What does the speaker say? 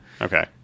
Okay